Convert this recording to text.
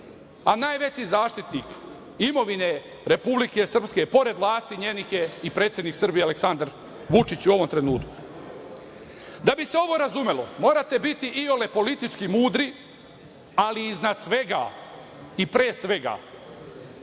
a najveći zaštitnik imovine Republike Srpske pored vlasti njenih je i predsednik Srbije, Aleksandar Vučić u ovom trenutku. Da bi ste ovo razumeli morate biti iole politički mudri, ali iznad svega i pre svega